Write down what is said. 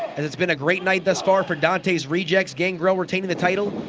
has been a great night thus far for dantes rejects, gangrel retaining the title,